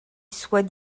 soient